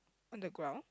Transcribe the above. on the ground